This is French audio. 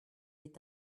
est